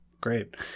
Great